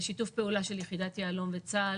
בשיתוף פעולה של יחידת יהלום בצה"ל,